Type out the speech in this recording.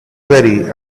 sweaty